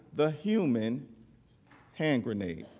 the human hand grenade.